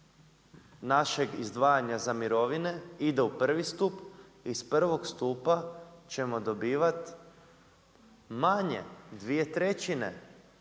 našeg izdvajanja za mirovine ide u prvi stup, iz prvog stupa ćemo dobivati manje 2/3. Vidite